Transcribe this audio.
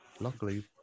Luckily